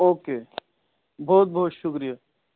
okay بہت بہت شکریہ